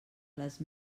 les